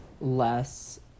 less